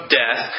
death